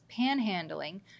panhandling